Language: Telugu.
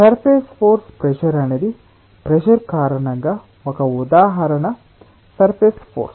సర్ఫేస్ ఫోర్స్ ప్రెజర్ అనేది ప్రెజర్ కారణంగా ఒక ఉదాహరణ సర్ఫేస్ ఫోర్స్